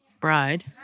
bride